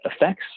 effects